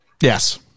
Yes